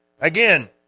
Again